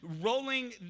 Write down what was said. rolling